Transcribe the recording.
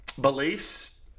beliefs